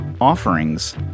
offerings